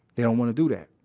they don't want to do that